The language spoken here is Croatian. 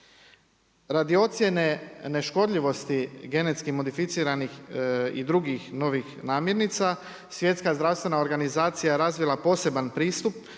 Radi ocjene neškodljivosti genetske modificiranih i drugih novih namjernica, Svjetska zdravstvena organizacija je razvila poseban pristup,